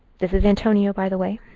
this is antonio, by the way.